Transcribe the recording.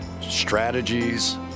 strategies